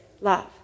love